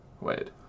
Wait